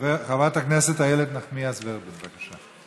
חברת הכנסת איילת נחמיאס ורבין, בבקשה.